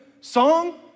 song